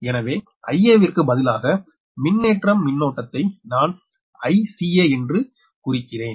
எனவே Ia விற்கு பதிலாக மின்னேற்ற மின்னோட்டதை நான் Ica என்று குறிக்கிறேன்